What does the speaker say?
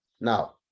Now